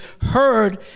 heard